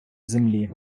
землі